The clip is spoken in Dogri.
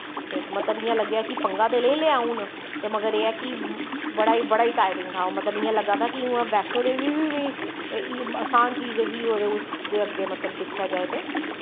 ते मतलब इ'यां लग्गेआ कि पंग्गा ते लेई लेआ हून ते मगर एह् ऐ कि बड़ा गै टायरिंग हा मतलब इ'यां लग्गा दा हा कि उ'आं बैश्नो देवी बी मिगी असान चीज ही ओह्दे उसदे अग्गै दिक्खेआ जाए ते